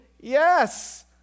Yes